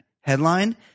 headline